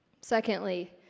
Secondly